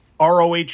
ROH